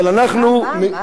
אבל אנחנו מה?